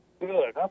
Good